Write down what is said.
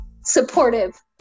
supportive